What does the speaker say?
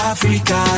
Africa